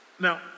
Now